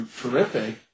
terrific